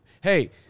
Hey